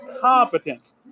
competence